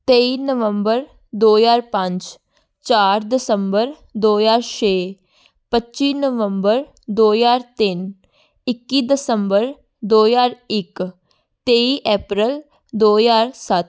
ਤੇਈ ਨਵੰਬਰ ਦੋ ਹਜ਼ਾਰ ਪੰਜ ਚਾਰ ਦਸੰਬਰ ਦੋ ਹਜ਼ਾਰ ਛੇ ਪੱਚੀ ਨਵੰਬਰ ਦੋ ਹਜ਼ਾਰ ਤਿੰਨ ਇੱਕੀ ਦਸੰਬਰ ਦੋ ਹਜ਼ਾਰ ਇੱਕ ਤੇਈ ਐਪਰਲ ਦੋ ਹਜ਼ਾਰ ਸੱਤ